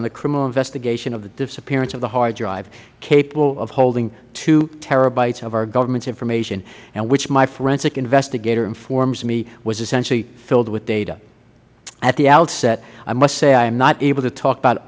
on the criminal investigation of the disappearance of the hard drive capable of holding two terabytes of our government's information and which my forensic investigator informs me was essentially filled with data at the outset i must say i am not able to talk about